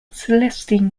celestine